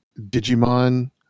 Digimon